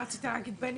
מה רצית להגיד, בני?